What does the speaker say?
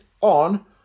on